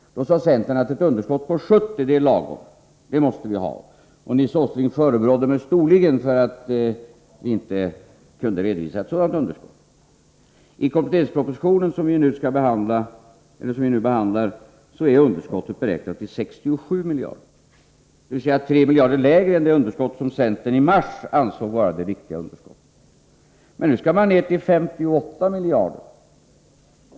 Då sade centern att ett underskott på 70 miljarder är lagom, det måste vi uppnå. Och Nils Åsling förebrådde mig också storligen för att jag inte kunde redovisa ett sådant underskott. I kompletteringspropositionen som vi nu behandlar är underskottet beräknat till 67 miljarder kronor, dvs. 3 miljarder lägre än det underskott som centern i mars ansåg vara det riktiga underskottet. Men nu skall centern minska underskottet till 58 miljarder.